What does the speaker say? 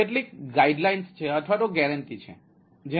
કેટલીક બાંયધરીઓ છે 99